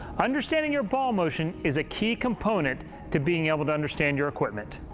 understanding your ball motion is a key component to being able to understand your equipment.